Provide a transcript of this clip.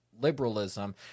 liberalism